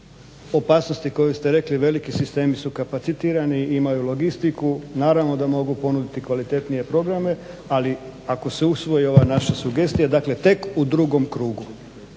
opasnosti koju ste rekli, veliki sistemi su kapacitirani, imaju logistiku naravno da mogu ponuditi kvalitetnije programe. Ali ako se usvoji ova naša sugestija, dakle tek u drugom krugu.